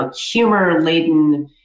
humor-laden